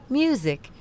music